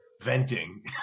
venting